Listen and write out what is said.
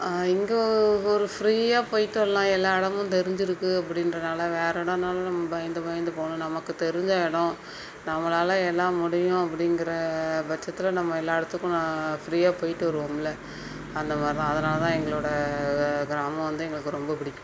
இங்கே ஒரு ஃப்ரீயாக போய்ட்டு வரலாம் எல்லா இடமும் தெரிஞ்சிருக்குது அப்படின்றனால வேற இடனாலும் நம்ம பயந்து பயந்து போகணும் நமக்கு தெரிஞ்ச இடம் நம்மளால் எல்லா முடியும் அப்படிங்குற பட்சத்தில் நம்ம எல்லா இடத்துக்கும் நா ஃப்ரீயாக போய்ட்டு வருவோமுல அந்த மாதிரி தான் அதனால் தான் எங்களோடய வ கிராமம் வந்து எங்களுக்கு ரொம்ப பிடிக்கும்